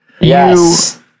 Yes